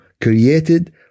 created